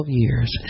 years